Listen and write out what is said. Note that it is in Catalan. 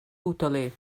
hoteler